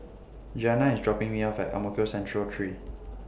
Giana IS dropping Me off At Ang Mo Kio Central three